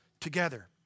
together